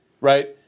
right